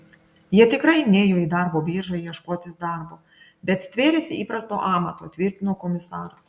jie tikrai nėjo į darbo biržą ieškotis darbo bet stvėrėsi įprasto amato tvirtino komisaras